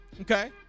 okay